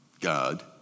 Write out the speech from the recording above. God